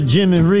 Jimmy